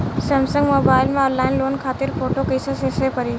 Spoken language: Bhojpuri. सैमसंग मोबाइल में ऑनलाइन लोन खातिर फोटो कैसे सेभ करीं?